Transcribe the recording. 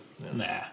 Nah